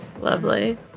Lovely